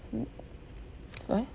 wh~ what